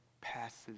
passes